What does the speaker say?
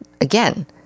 again